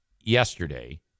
yesterday